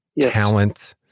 talent